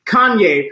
Kanye